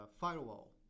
firewall